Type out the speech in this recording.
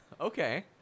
Okay